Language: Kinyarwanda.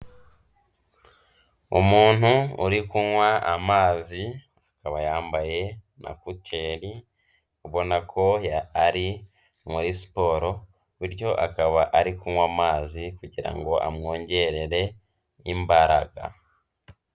Umuntu uri kunywa amazi akaba yambaye na kuteri ubona ko ari muri siporo bityo akaba ari kunywa amazi kugira ngo amwongerere imbaraga.